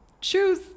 choose